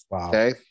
Okay